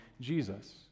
Jesus